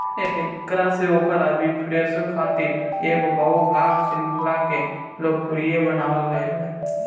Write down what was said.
एकरा से ओकरा विनफ़्रे शो खातिर एगो बहु भाग श्रृंखला के लोकप्रिय बनावल गईल रहे